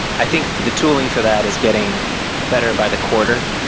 i think the tooling for that is getting better by the quarter,